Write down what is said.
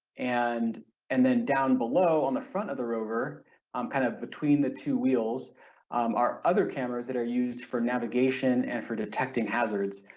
and and then down below on the front of the rover um kind of between the two wheels are other cameras that are used for navigation and for detecting hazards.